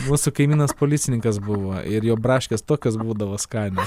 mūsų kaimynas policininkas buvo ir jo braškės tokios būdavo skanios